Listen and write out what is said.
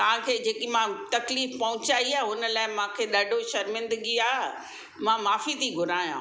तव्हांखे जेकी मां तकलीफ़ पहुचाई आहे हुन लाइ मूंखे ॾाढो शर्मिंदगी आहे मां माफ़ी थी घुरियां